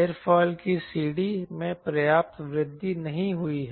aerofoil की CD में पर्याप्त वृद्धि नहीं हुई है